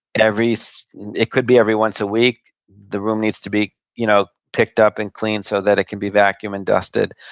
so it could be every once a week, the room needs to be you know picked up and cleaned so that it can be vacuumed and dusted,